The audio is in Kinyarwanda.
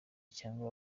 cyangwa